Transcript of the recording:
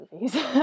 movies